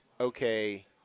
okay